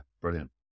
Brilliant